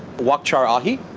wok charred ahi,